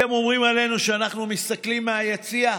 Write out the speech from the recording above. אתם אומרים עלינו שאנחנו מסתכלים מהיציע,